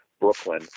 Brooklyn